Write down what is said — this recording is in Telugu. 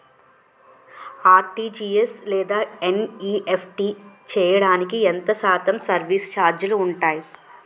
ఆర్.టీ.జీ.ఎస్ లేదా ఎన్.ఈ.ఎఫ్.టి చేయడానికి ఎంత శాతం సర్విస్ ఛార్జీలు ఉంటాయి?